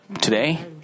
Today